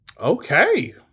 Okay